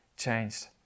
changed